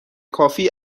کافی